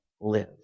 live